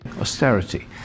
austerity